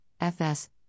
FS